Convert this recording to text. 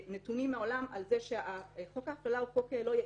נתונים מהעולם על כך שחוק ההפללה הוא חוק לא יעיל,